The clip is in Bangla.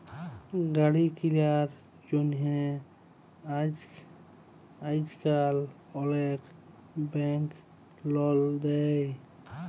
গাড়ি কিলার জ্যনহে আইজকাল অলেক ব্যাংক লল দেই